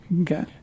Okay